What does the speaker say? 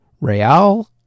Real